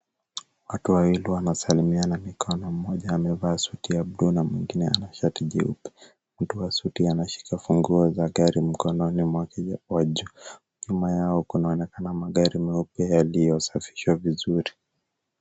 Watu wawili wanasalimiana mikono mmoja amevaa suti ya bluu na mwingine ana shati jeupe. Mtu wa suti anashika funguo za gari mkononi mwake wa juu. Nyuma yao kunaonekana magari meupe yaliyosafishwa vizuri.